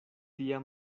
tia